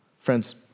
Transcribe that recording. Friends